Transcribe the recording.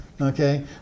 Okay